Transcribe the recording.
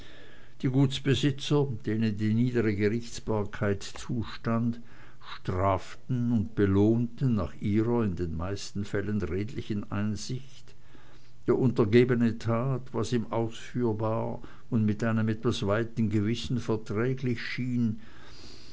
die gutsbesitzer denen die niedere gerichtsbarkeit zustand straften und belohnten nach ihrer in den meisten fällen redlichen einsicht der untergebene tat was ihm ausführbar und mit einem etwas weiten gewissen verträglich schien